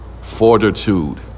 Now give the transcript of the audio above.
fortitude